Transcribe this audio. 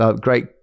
great